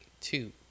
two